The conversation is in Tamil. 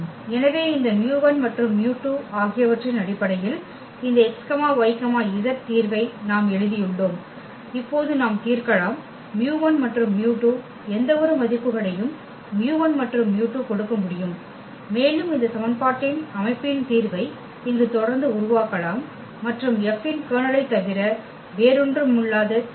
எனவே இந்த μ1 மற்றும் μ2 ஆகியவற்றின் அடிப்படையில் இந்த x y z தீர்வை நாம் எழுதியுள்ளோம் இப்போது நாம் தீர்க்கலாம் μ1 மற்றும் μ2 எந்தவொரு மதிப்புகளையும் μ1 மற்றும் μ2 கொடுக்க முடியும் மேலும் இந்த சமன்பாட்டின் அமைப்பின் தீர்வை இங்கு தொடர்ந்து உருவாக்கலாம் மற்றும் F இன் கர்னலைத் தவிர வேறொன்றுமில்லாத தீர்வு